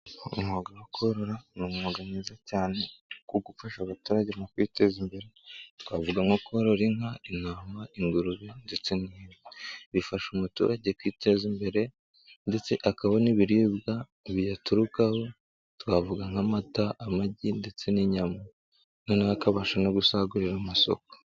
Umwuga wo korora ni umwuga mwiza cyane ku gufasha abaturage mu kwiteza imbere twavuga nko korora: inka, intama, ingurube n'ihene, bifasha umuturage kwiteza imbere ndetse akaba yabona ibyiza biziturukaho twavuga nk'amata, amagi n'inyama akabasha no gusagurira amasoko.